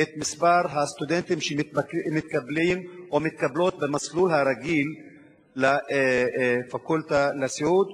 את מספר הסטודנטים שמתקבלים או מתקבלות במסלול הרגיל לפקולטה לסיעוד,